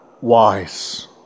wise